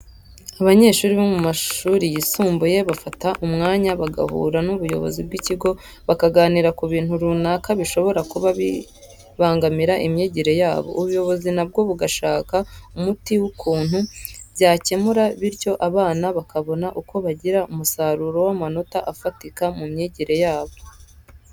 Abanyeshuri bo mu mashuri yisumbuye bafata umwanya bagahura n'ubuyobozi bw'ikigo bakaganira ku bintu runaka bishobora kuba bibangamira imyigire yabo, ubuyobozi na bwo bugashaka umuti w'ukuntu byakemuka bityo abana bakabona uko bagira umusaruro w'amanota afatika mu myigire yabo.